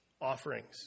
offerings